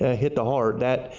ah hit heart. that,